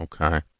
Okay